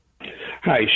Hi